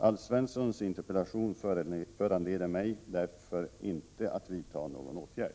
Alf Svenssons interpellation föranleder mig därför inte att vidta någon åtgärd.